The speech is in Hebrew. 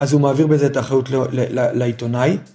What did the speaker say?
אז הוא מעביר בזה את האחריות לעיתונאי.